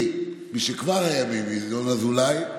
חברי משכבר הימים ינון אזולאי,